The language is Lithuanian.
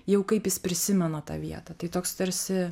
jau kaip jis prisimena tą vietą tai toks tarsi